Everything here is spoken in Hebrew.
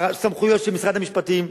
שהסמכויות של משרד המשפטים,